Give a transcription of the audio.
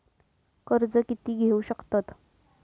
कर्ज कीती घेऊ शकतत?